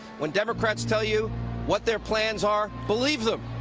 when democrats tell you what their plans are, believe them.